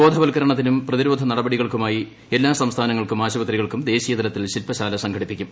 ബോധവൽക്കരണത്തിനും പ്രതിരോധ നടപടികൾക്കുമായി എല്ലാ സംസ്ഥാനങ്ങൾക്കും ആശുപത്രികൾക്കും ദേശീയതലത്തിൽ ശില്പശാല സംഘടിപ്പിക്കും